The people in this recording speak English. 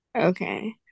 Okay